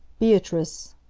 beatrice